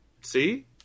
see